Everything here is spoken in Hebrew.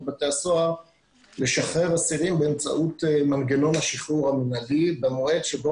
בתי הסוהר לשחרר אסירים באמצעות מנגנון השחרור המנהלי במועד שבו